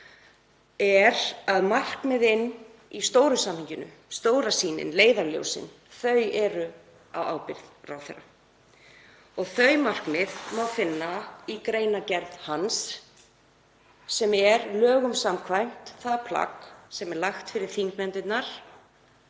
er að markmiðin í stóra samhenginu, stóra sýnin, leiðarljósin, eru á ábyrgð ráðherra. Þau markmið má finna í greinargerð hans sem er lögum samkvæmt það plagg sem er lagt fyrir þingnefndirnar